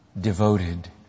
devoted